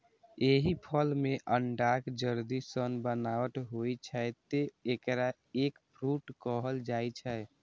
एहि फल मे अंडाक जर्दी सन बनावट होइ छै, तें एकरा एग फ्रूट कहल जाइ छै